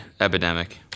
epidemic